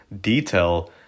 detail